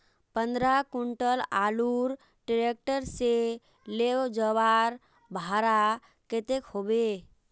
पंद्रह कुंटल आलूर ट्रैक्टर से ले जवार भाड़ा कतेक होबे?